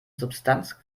substanz